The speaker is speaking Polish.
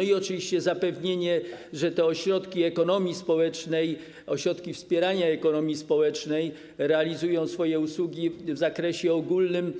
Oczywiście chodzi o zapewnienie, że ośrodki ekonomii społecznej, ośrodki wspierania ekonomii społecznej realizujące swoje usługi w zakresie ogólnym,